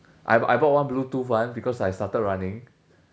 I I bought one bluetooth one because I started running